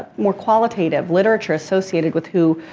more qualitative literature associated with who